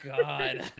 God